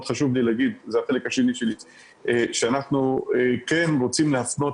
מאוד חשוב לי להגיד שאנחנו כן רוצים להפנות